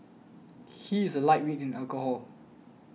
he is a lightweight in alcohol